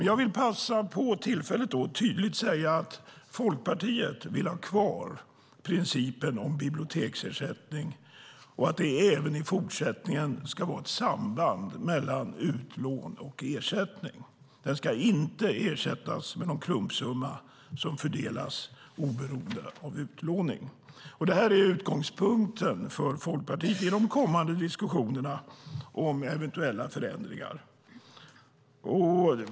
Jag vill passa på tillfället att tydligt säga att Folkpartiet vill ha kvar principen om biblioteksersättning och att det även i fortsättningen ska vara ett samband mellan utlån och ersättning. Den ska inte ersättas med någon klumpsumma som fördelas oberoende av utlåning. Det är utgångspunkten för Folkpartiet i de kommande diskussionerna om eventuella förändringar.